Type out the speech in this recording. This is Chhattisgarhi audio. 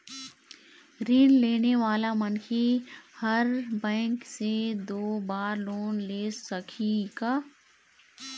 ऋण लेने वाला मनखे हर बैंक से दो बार लोन ले सकही का?